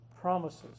promises